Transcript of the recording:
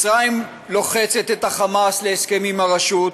מצרים לוחצת את החמאס להסכם עם הרשות,